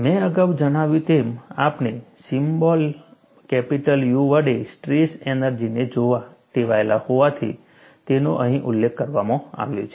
મેં અગાઉ જણાવ્યું તેમ આપણે સિમ્બોલ કેપિટલ U વડે સ્ટ્રેસ એનર્જીને જોવા ટેવાયેલા હોવાથી તેનો અહીં ઉલ્લેખ કરવામાં આવ્યો છે